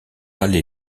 aller